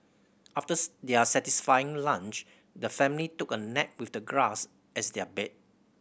after their satisfying lunch the family took a nap with the grass as their bed